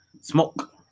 Smoke